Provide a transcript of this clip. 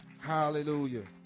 Hallelujah